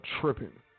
tripping